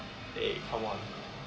eh come on